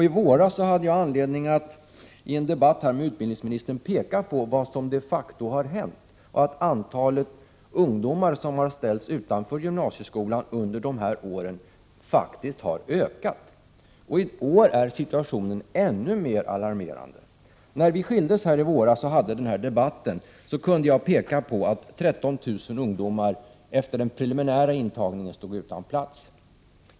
I våras hade jag anledning att i en debatt här med utbildningsministern peka på vad som de facto har hänt — och att antalet ungdomar som har ställts utanför gymnasieskolan under de här åren faktiskt har ökat. I år är situationen ännu mer alarmerande än tidigare. När vi skildes åt här i våras, kunde jag i debatten peka på att 13 000 ungdomar efter den preliminära intagningen stod utan plats.